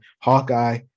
hawkeye